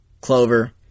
clover